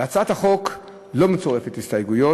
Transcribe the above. להצעת החוק לא מצורפות הסתייגויות.